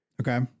okay